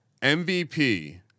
MVP